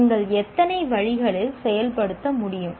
நீங்கள் எத்தனை வழிகளில் செயல்படுத்த முடியும்